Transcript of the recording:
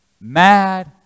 mad